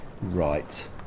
right